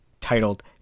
titled